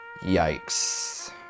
Yikes